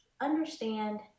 understand